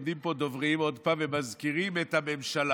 עומדים פה דוברים עוד פעם ומזכירים את הממשלה.